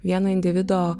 vieno individo